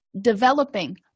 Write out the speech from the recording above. Developing